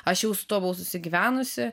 aš jau su tuo buvau susigyvenusi